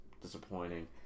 disappointing